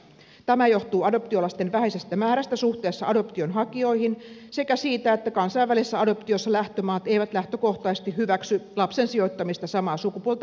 tämä johtuu adoptiolasten vähäisestä määrästä suhteessa adoption hakijoihin sekä siitä että kansainvälisessä adoptiossa lähtömaat eivät lähtökohtaisesti hyväksy lapsen sijoittamista samaa sukupuolta oleville pareille